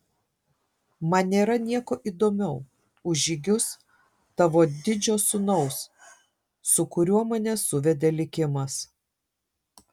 man nėra nieko įdomiau už žygius tavo didžio sūnaus su kuriuo mane suvedė likimas